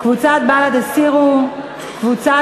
רע"ם-תע"ל-מד"ע